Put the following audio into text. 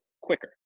quicker